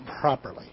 properly